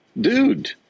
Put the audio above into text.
dude